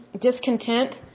discontent